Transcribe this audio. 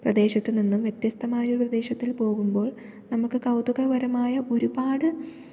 പ്രദേശത്തു നിന്നും വ്യത്യസ്തമായ പ്രദേശത്തിൽ പോകുമ്പോൾ നമുക്ക് കൗതുകപരമായ ഒരുപാട്